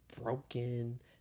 broken